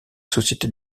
société